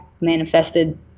manifested